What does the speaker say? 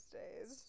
days